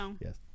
Yes